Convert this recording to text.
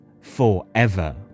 forever